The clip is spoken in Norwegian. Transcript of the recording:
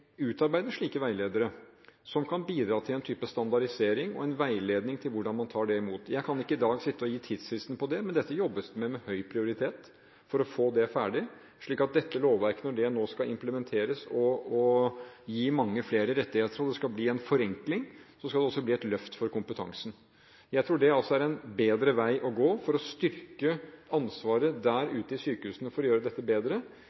utarbeide slike veiledere som kan bidra til en type standardisering og veiledning for hvordan man tar det imot. Jeg kan ikke i dag gi en tidsfrist for det, men det jobbes med høy prioritet for å få dette ferdig. Når dette lovverket nå skal implementeres – det skal gi mange flere rettigheter, og det skal bli en forenkling – skal det også bli et løft for kompetansen. Jeg tror dét er en bedre vei å gå for å styrke ansvaret ute i sykehusene for å gjøre dette bedre,